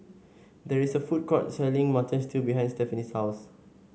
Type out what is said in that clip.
there is a food court selling Mutton Stew behind Stefanie's house